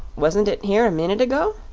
wasn't it here a minute ago?